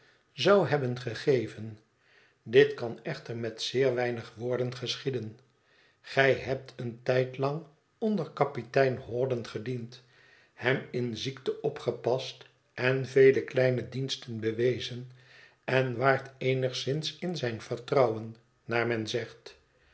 zou hebben gegeven dit kan echter met zeer weinig woorden geschieden gij hebt een tijd lang onder kapitein hawdon gediend hem in ziekte opgepast en vele kleine diensten bewezen en waart eenigszins in zijn vertrouwen naar men zegt